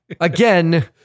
Again